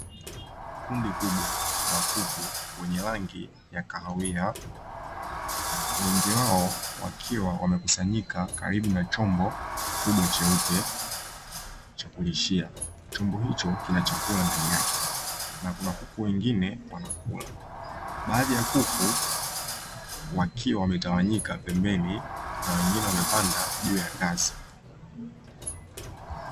Kundi kubwa la kuku wenye rangi ya kahawia wengi wao wakiwa wamekusanyika karibu na chombo kikubwa cheupe cha kulishia. Chombo hicho kina chakula ndani yake na kuna kuku wengine wanakula, baadhi ya kuku wakiwa wametawanyika pembeni na wengine wamepanda juu ya ngazi.